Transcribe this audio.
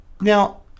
Now